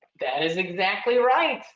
that is exactly right.